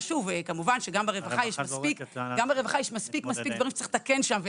כמובן שגם ברווחה יש מספיק דברים שצריך לתקן שם,